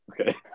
Okay